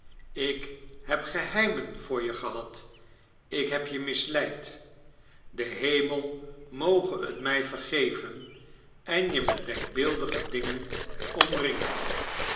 ik heb geheimen voor je gehad ik heb je misleid de hemel moge t mij vergeven en je met denfcbeeldige dingen omringd